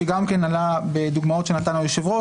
שגם עלה בדוגמאות שנתן היושב-ראש,